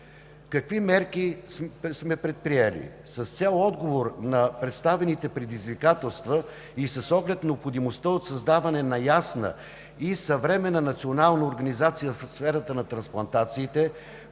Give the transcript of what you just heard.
Какви мерки сме предприели?